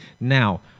now